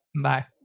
Bye